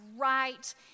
right